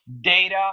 data